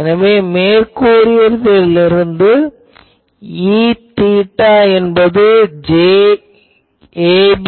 எனவே மேற்கூறியதில் இருந்து Eθ என்பது j ab